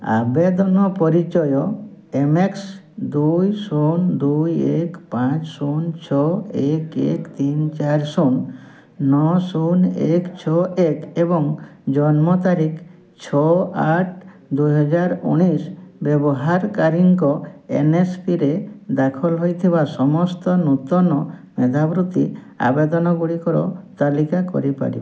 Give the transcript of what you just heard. ଆବେଦନ ପରିଚୟ M X ଦୁଇ ଶୂନ ଦୁଇ ଏକ ପାଞ୍ଚ ଶୂନ ଛଅ ଏକ ଏକ ତିନି ଚାରି ଶୂନ ନଅ ଶୂନ ଏକ ଛଅ ଏକ ଏବଂ ଜନ୍ମ ତାରିଖ ଛଅ ଆଠ ଦୁଇହଜାର ଉଣେଇଶ ବ୍ୟବହାରକାରୀଙ୍କ ଏନ୍ଏସ୍ପିରେ ଦାଖଲ ହେଇଥିବା ସମସ୍ତ ନୂତନ ମେଧାବୃତ୍ତି ଆବେଦନଗୁଡ଼ିକର ତାଲିକା କରିପାରିବ